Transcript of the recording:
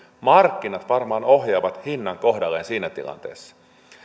markkinat varmaan ohjaavat hinnan kohdalleen siinä tilanteessa